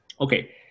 okay